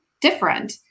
different